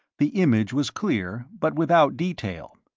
the image was clear, but without detail.